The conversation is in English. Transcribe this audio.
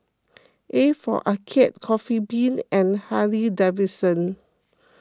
A for Arcade Coffee Bean and Harley Davidson